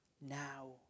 now